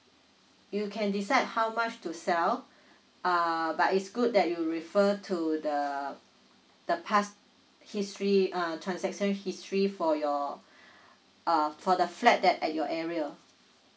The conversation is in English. you can decide how much to sell err but it's good that you refer to the the past history uh transaction history for your uh for the flat at your area